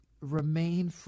remain